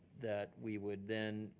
that we would then,